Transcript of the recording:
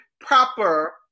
proper